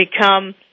become